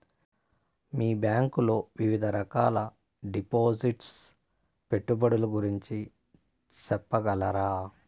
మీ bank లో వివిధ రకాల డిపాసిట్స్, పెట్టుబడుల గురించి సెప్పగలరా?